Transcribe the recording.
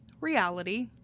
reality